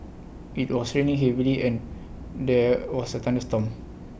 IT was raining heavily and there was A thunderstorm